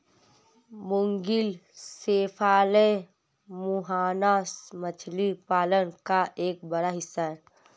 मुगिल cephalus मुहाना मछली पालन का एक बड़ा हिस्सा है